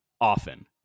often